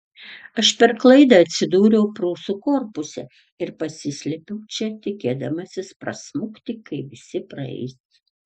aš per klaidą atsidūriau prūsų korpuse ir pasislėpiau čia tikėdamasis prasmukti kai visi praeis